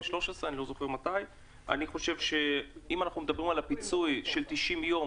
אם אנחנו מדברים על הפיצוי של 90 יום,